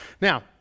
Now